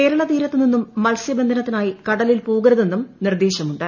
കേരള തീരത്തു നിന്നും മത്സ്യബന്ധനത്തിനായി കടലിൽ പോകരുതെന്നും നിർദേശമുണ്ട്